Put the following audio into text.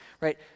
Right